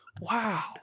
Wow